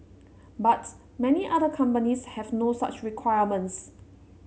but many other companies have no such requirements